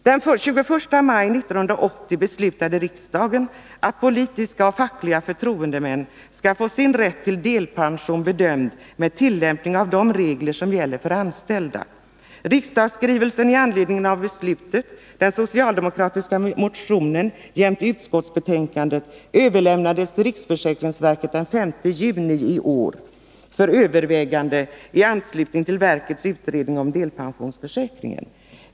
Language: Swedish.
Den 21 maj 1980 beslutade riksdagen att politiska och fackliga förtroendemän skall få sin rätt till delpension bedömd genom tillämpning av de regler som gäller för anställda. Riksdagsskrivelsen i anledning av beslutet, den socialdemokratiska motionen jämte utskottsbetänkandet, överlämnades till riksförsäkringsverket den 5 juni i år för övervägande i anslutning till verkets utredning om delpensionsförsäkringen.